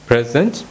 present